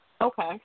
Okay